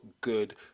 good